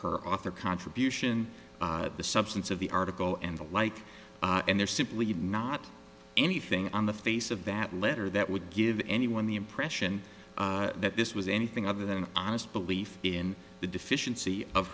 her author contribution the substance of the article and the like and there's simply not anything on the face of that letter that would give anyone the impression that this was anything other than an honest belief in the deficiency of